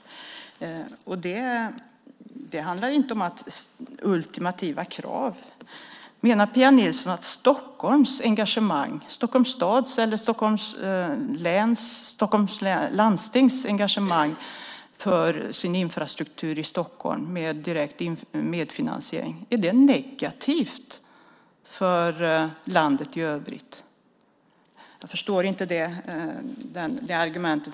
Det handlar inte om ultimativa krav. Menar Pia Nilsson att Stockholms stads eller Stockholms läns landstings engagemang för infrastrukturen i Stockholm med direkt medfinansiering är någonting negativt för landet i övrigt? Jag förstår inte det argumentet.